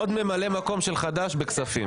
עוד ממלא מקום של חד"ש בכספים.